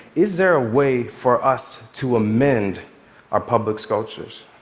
is there a way for us to amend our public sculptures,